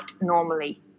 normally